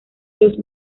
los